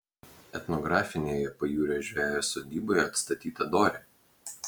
etnografinėje pajūrio žvejo sodyboje atstatyta dorė